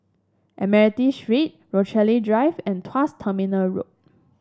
Admiralty Street Rochalie Drive and Tuas Terminal Road